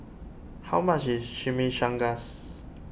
how much is Chimichangas